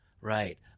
right